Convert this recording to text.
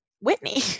Whitney